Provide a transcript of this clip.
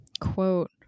quote